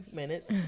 minutes